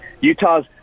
Utah's